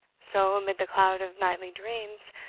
so, amid the cloud of nightly dreams,